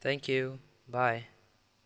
thank you bye